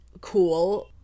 cool